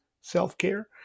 self-care